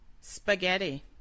Spaghetti